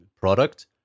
product